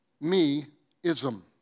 me-ism